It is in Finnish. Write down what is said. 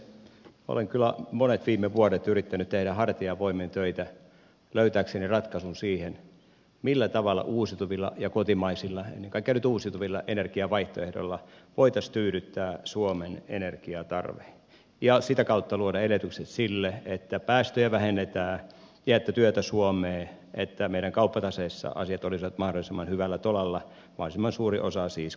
olen kyllä monet viime vuodet yrittänyt tehdä hartiavoimin töitä löytääkseni ratkaisun siihen millä tavalla uusiutuvilla ja kotimaisilla ennen kaikkea nyt uusiutuvilla energiavaihtoehdoilla voitaisiin tyydyttää suomen energiatarve ja sitä kautta luoda edellytykset sille että päästöjä vähennetään ja että työtä suomeen että meidän kauppataseessa asiat olisivat mahdollisimman hyvällä tolalla mahdollisimman suuri osa siis kotimaista energiaa